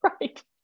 Right